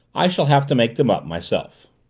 i shall have to make them up myself.